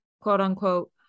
quote-unquote